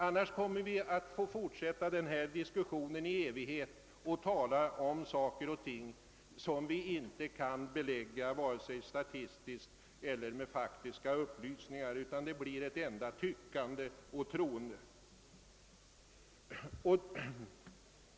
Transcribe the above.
Annars kommer vi att få fortsätta denna diskussion i evighet och tala om saker och ting som vi inte kan klarlägga vare sig statistiskt eller med faktiska upplysningar, utan det blir ett enda tyckande och troende.